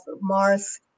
Mars